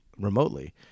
remotely